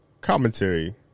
commentary